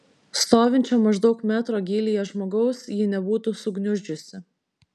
stovinčio maždaug metro gylyje žmogaus ji nebūtų sugniuždžiusi